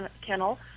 kennel